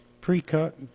pre-cut